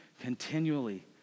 continually